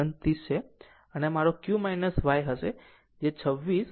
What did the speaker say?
આમ તે q y હશે